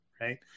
right